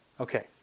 Okay